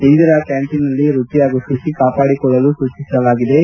ಇಂದಿರಾ ಕ್ಯಾಂಟೀನ್ನಲ್ಲಿ ರುಚಿ ಹಾಗೂ ಶುಚಿ ಕಾಪಾಡಿಕೊಳ್ಳಲು ಸೂಚಿಸಿದ್ದೆ